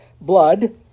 blood